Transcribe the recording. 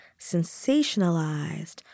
sensationalized